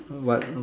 what